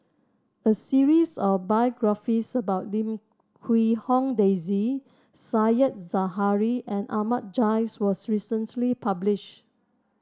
a series of biographies about Lim Quee Hong Daisy Said Zahari and Ahmad Jais was recently publish